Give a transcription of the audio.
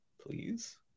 please